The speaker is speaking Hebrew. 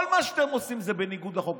כל מה שאתם עושים זה בניגוד לחוק.